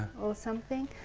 or something,